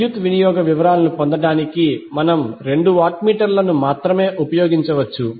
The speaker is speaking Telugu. విద్యుత్ వినియోగ వివరాలను పొందడానికి మనము 2 వాట్ మీటర్ మాత్రమే ఉపయోగించవచ్చు